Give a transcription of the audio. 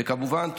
וכמובן,